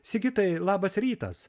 sigitai labas rytas